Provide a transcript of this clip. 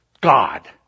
God